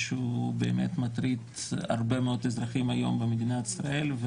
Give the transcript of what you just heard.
שבאמת מטריד הרבה מאוד אזרחים היום במדינת ישראל,